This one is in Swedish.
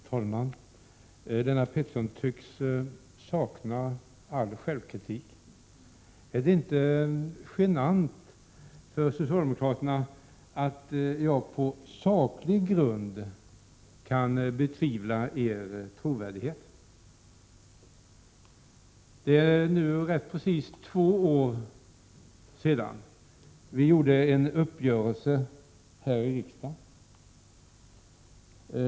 Fru talman! Lennart Pettersson tycks sakna all självkritik. Är det inte genant för socialdemokraterna att jag på saklig grund kan betvivla deras trovärdighet? Det är nu ganska precis två år sedan som vi träffade en uppgörelse här i riksdagen.